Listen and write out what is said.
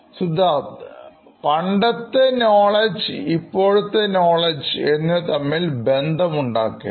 Siddharth പണ്ടത്തെ knowledge ഇപ്പോഴത്തെ knowledge എന്നിവ തമ്മിൽ ബന്ധം ഉണ്ടാക്കൽ